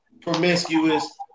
promiscuous